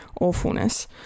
awfulness